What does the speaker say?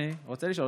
במסגרת